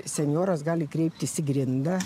senjoras gali kreiptis į grindą